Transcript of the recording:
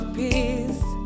peace